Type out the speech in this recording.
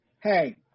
hey